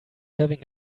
having